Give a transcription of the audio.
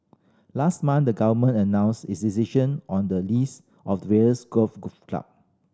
last month the Government announced its decision on the lease of various golf club